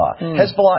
Hezbollah